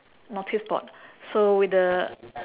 notice board so with the